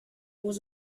was